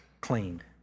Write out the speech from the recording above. cleaned